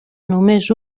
només